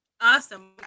Awesome